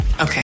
okay